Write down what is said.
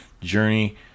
journey